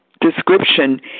description